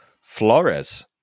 Flores